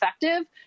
effective